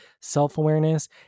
self-awareness